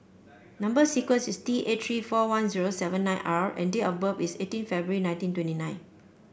number sequence is T eight three four one zero seven nine R and date of birth is eighteen February nineteen twenty nine